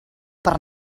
per